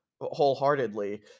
wholeheartedly